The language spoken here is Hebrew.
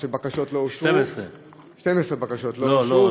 12. 12 בקשות לא אושרו,